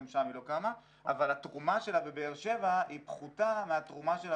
גם שם היא לא קמה אבל התרומה שלה בבאר שבע היא פחותה מהתרומה שלה